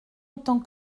autant